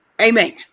Amen